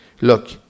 look